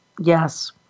Yes